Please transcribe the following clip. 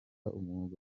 umwuga